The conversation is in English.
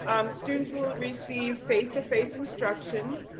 students will receive face to face instruction.